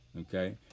okay